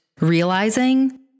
realizing